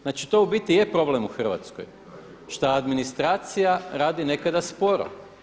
Znači to u biti i je problem u Hrvatskoj šta administracija radi nekada sporo.